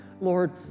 Lord